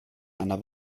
einer